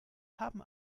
haben